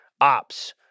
ops